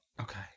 Okay